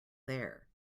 there